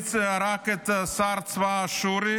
ומי הרג את שר צבא אשור?